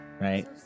right